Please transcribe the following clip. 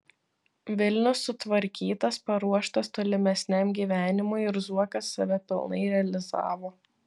vilnius sutvarkytas paruoštas tolimesniam gyvenimui ir zuokas save pilnai realizavo